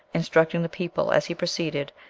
instructing the people, as he proceeded,